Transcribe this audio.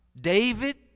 David